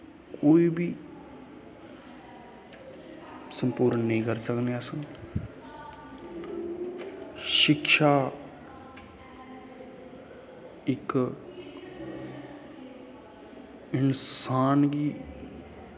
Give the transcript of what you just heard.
कोई बी सम्पूर्ण नेंई करी सकने अस शिक्षा इक इंसान गी